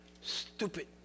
stupid